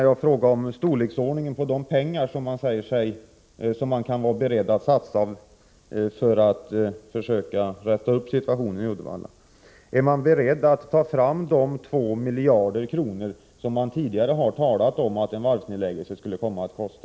Jag frågade honom om storleksordningen på de medel som regeringen kan vara beredd att satsa för att räta upp situationen i Uddevalla. Är regeringen beredd att ta fram de 2 miljarder kronor som man tidigare har talat om att en varvsnedläggelse skulle komma att kosta?